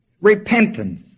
repentance